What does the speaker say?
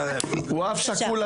הוא אב שכול,